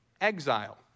exile